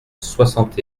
soixante